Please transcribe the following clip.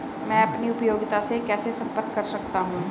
मैं अपनी उपयोगिता से कैसे संपर्क कर सकता हूँ?